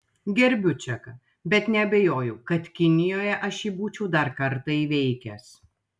gerbiu čeką bet neabejoju kad kinijoje aš jį būčiau dar kartą įveikęs